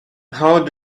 how